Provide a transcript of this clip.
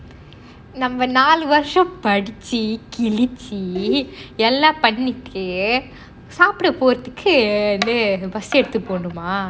நம்ப நாலு வருஷம் படிச்சு கிழிச்சு எல்லாம் பண்ணிட்டு சாப்பிட போறதுக்கு:namba nalu varusam paticcu kiliccu ellam pannittu saapida porathukku bus எடுத்து போணுமா:eduthu ponuma